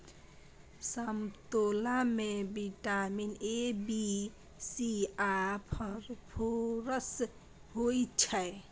समतोला मे vitamin A, B, C आ फास्फोरस होइ छै